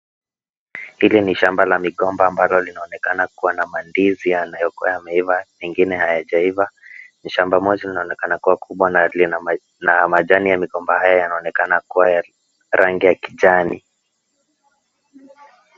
Hili ni shamba la migomba ambalo linaonekana kuwa na mandizi yanayokuwa yameiva zingine hayajaiva shamba moja linaonekana kuwa kubwa na iliyo na majani ya migomba haya yanaonekana kuwa ya rangi ya kijani.